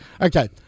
Okay